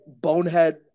bonehead